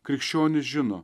krikščionys žino